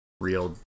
real